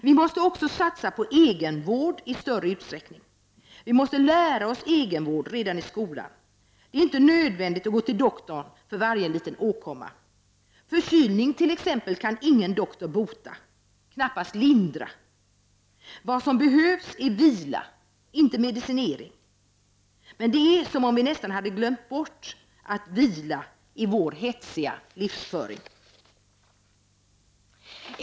Vi måste också satsa på egenvård i större utsträckning. Vi måste lära oss egenvård redan i skolan. Det är inte nödvändigt att gå till doktorn för varje liten åkomma. Förkylning t.ex. kan ingen doktor bota, knappast lindra. Det som behövs är vila, inte medicinering. Men det är som om vi nästan hade glömt bort att vila i vår hetsiga livsföring.